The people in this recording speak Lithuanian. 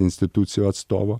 institucijų atstovo